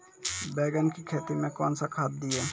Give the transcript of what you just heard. बैंगन की खेती मैं कौन खाद दिए?